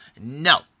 No